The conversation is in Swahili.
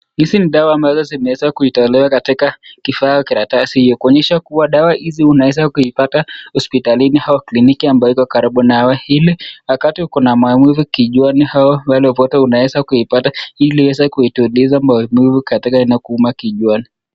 Hizi ni dawa ambazo zimeweza kutolewa katika kifaa ya karatasi hiyo, kuonyesha kuwa dawa hizi unaweza kuipata hospitalini au kliniki ambayo iko karibu nawe. Wakati uko na maumivu kichwani au viungo vyote unaweza kuipata ili iweze kutuliza maumivu katika inakuuma kichwani.